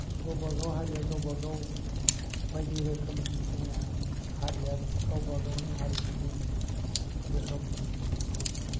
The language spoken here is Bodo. गावबा गाव हारिया गावबा गाव बायदि रोखोमनि हारिया गावबा गावनि हारिमुनि गोहोमखौ